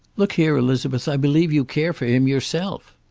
look here, elizabeth, i believe you care for him yourself.